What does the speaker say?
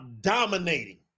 dominating